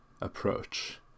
approach